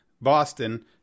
Boston